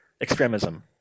extremism